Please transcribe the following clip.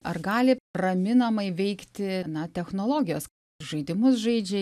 ar gali raminamai veikti na technologijos žaidimus žaidžia